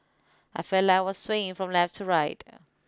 I felt like I was swaying from left to right